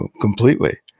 completely